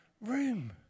room